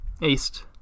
East